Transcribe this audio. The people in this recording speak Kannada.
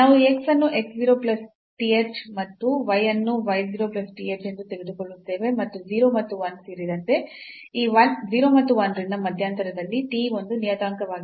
ನಾವು ಈ x ಅನ್ನು x 0 plus th ಮತ್ತು y ಅನ್ನು y 0 plus th ಎಂದು ತೆಗೆದುಕೊಳ್ಳುತ್ತೇವೆ ಮತ್ತು 0 ಮತ್ತು 1 ಸೇರಿದಂತೆ ಈ 0 ಮತ್ತು 1 ರಿಂದ ಮಧ್ಯಂತರದಲ್ಲಿ t ಒಂದು ನಿಯತಾಂಕವಾಗಿದೆ